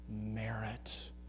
merit